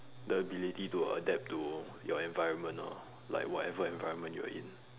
the ability to adapt to your environment lor like whatever environment you're in